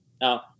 Now